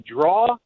draw